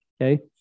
Okay